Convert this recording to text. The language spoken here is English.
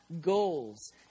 Goals